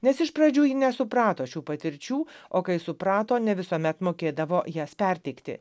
nes iš pradžių ji nesuprato šių patirčių o kai suprato ne visuomet mokėdavo jas perteikti